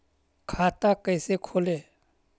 खाता कैसे खोले?